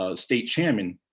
ah state chairman,